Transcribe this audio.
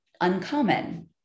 uncommon